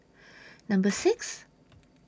Number six